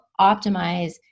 optimize